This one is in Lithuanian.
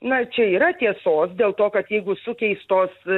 na čia yra tiesos dėl to kad jeigu sukeistos